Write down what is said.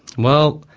well,